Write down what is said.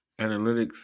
analytics